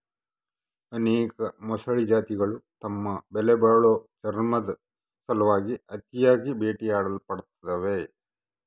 ಅನೇಕ ಮೊಸಳೆ ಜಾತಿಗುಳು ತಮ್ಮ ಬೆಲೆಬಾಳೋ ಚರ್ಮುದ್ ಸಲುವಾಗಿ ಅತಿಯಾಗಿ ಬೇಟೆಯಾಡಲ್ಪಡ್ತವ